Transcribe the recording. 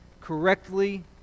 correctly